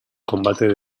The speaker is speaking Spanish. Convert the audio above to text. combate